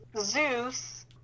Zeus